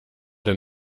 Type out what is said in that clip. denn